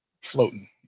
floating